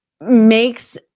makes